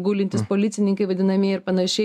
gulintys policininkai vadinamieji ir panašiai